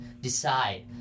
decide